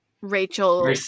Rachel